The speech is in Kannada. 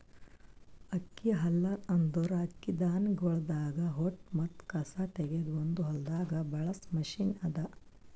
ಅಕ್ಕಿ ಹಲ್ಲರ್ ಅಂದುರ್ ಅಕ್ಕಿ ಧಾನ್ಯಗೊಳ್ದಾಂದ್ ಹೊಟ್ಟ ಮತ್ತ ಕಸಾ ತೆಗೆದ್ ಒಂದು ಹೊಲ್ದಾಗ್ ಬಳಸ ಮಷೀನ್ ಅದಾ